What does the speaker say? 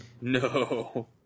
No